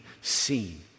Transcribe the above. seen